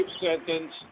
sentence